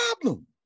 problem